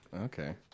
Okay